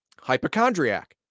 Hypochondriac